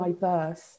diverse